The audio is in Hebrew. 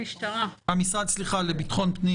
המשרד לביטחון פנים,